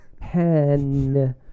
pen